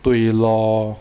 对 lor